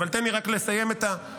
אבל תן לי רק לסיים את הפתיחה,